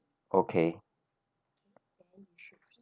okay